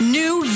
new